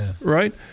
right